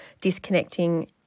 disconnecting